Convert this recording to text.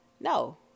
No